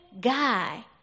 guy